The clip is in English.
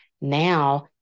Now